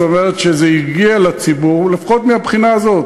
זאת אומרת, זה הגיע לציבור לפחות מהבחינה הזאת.